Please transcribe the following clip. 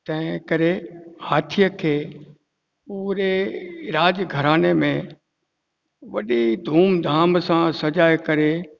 तंहिं करे हाथीअ खे पूरे राजघराने में वॾी धूम धाम सां सजाए करे